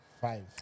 Five